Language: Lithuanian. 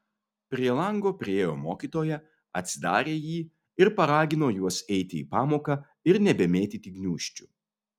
prie lango priėjo mokytoja atsidarė jį ir paragino juos eiti į pamoką ir nebemėtyti gniūžčių